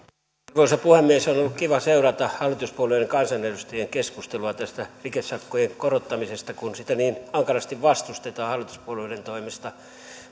arvoisa puhemies on ollut kiva seurata hallituspuolueiden kansanedustajien keskustelua tästä rikesakkojen korottamisesta kun sitä niin ankarasti vastustetaan hallituspuolueiden toimesta